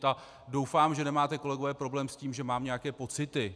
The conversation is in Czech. A doufám, že nemáte, kolegové, problém s tím, že mám nějaké pocity.